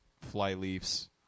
Flyleaf's